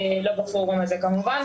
לא בפורום הזה כמובן.